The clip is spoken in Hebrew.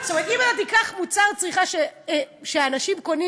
אם אתה תיקח מוצר צריכה שאנשים קונים